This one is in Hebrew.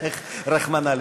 רחמנא ליצלן.